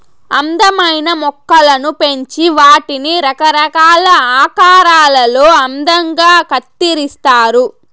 అందమైన మొక్కలను పెంచి వాటిని రకరకాల ఆకారాలలో అందంగా కత్తిరిస్తారు